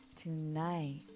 tonight